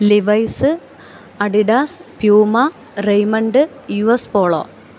Levi's Adidas Puma Raymond U S polo